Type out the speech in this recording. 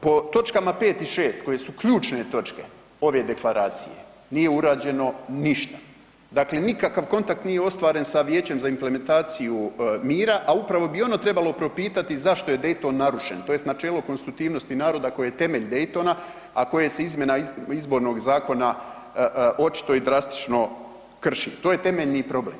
Po točkama 5. i 6. koje su ključne točke ove deklaracije nije urađeno ništa, dakle nikakav kontakt nije ostvaren sa Vijećem za implementaciju mira, a upravo bi ono trebalo propitati zašto je Dayton narušen, tj. načelo konstitutivnosti naroda koji je temelj Daytona, a koje se izmjena izbornog zakona očito i drastično krši, to je temeljni problem.